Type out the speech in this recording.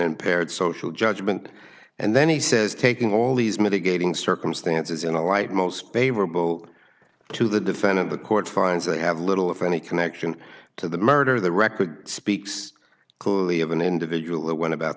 impaired social judgment and then he says taking all these mitigating circumstances in a light most favorable to the defendant the court finds they have little if any connection to the murder the record speaks clearly of an individual that went about